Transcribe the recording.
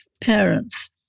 parents